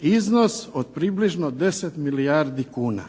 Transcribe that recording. iznos od približno 10 milijardi kuna.